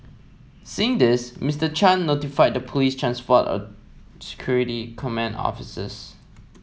seeing this Mister Chan notified the police's transport a security command officers